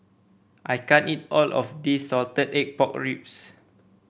I can't eat all of this Salted Egg Pork Ribs